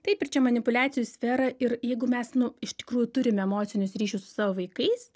taip ir čia manipuliacijų sfera ir jeigu mes nu iš tikrųjų turim emocinius ryšius su savo vaikais